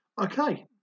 Okay